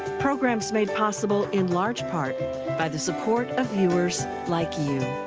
programs made possible in large part by the support of viewers like you.